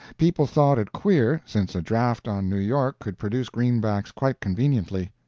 people thought it queer, since a draft on new york could produce greenbacks quite conveniently.